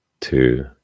two